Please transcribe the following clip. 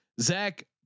Zach